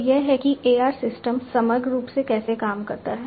तो यह है कि AR सिस्टम समग्र रूप से कैसे काम करता है